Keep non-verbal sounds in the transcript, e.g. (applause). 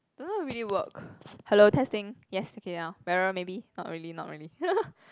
don't know really work hello testing yes okay now better maybe not really not really (laughs)